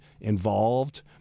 involved